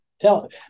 Tell